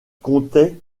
comptait